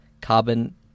carbon